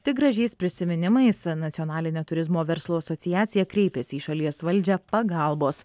tik gražiais prisiminimais nacionalinė turizmo verslo asociacija kreipėsi į šalies valdžią pagalbos